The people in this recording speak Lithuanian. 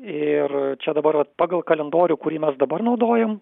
ir čia dabar vat pagal kalendorių kurį mes dabar naudojam